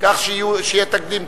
כך שיהיה תקדים,